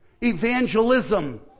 evangelism